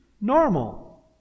normal